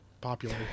popular